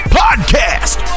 podcast